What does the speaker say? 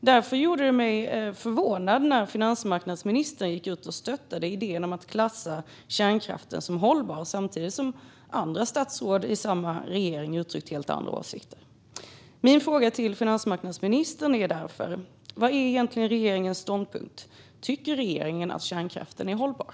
Därför gjorde det mig förvånad när finansmarknadsministern gick ut och stöttade idén att klassa kärnkraften som hållbar samtidigt som andra statsråd i samma regering har uttryckt helt andra åsikter. Min fråga till finansmarknadsministern är därför: Vad är egentligen regeringens ståndpunkt? Tycker regeringen att kärnkraften är hållbar?